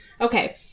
okay